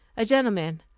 a gentleman,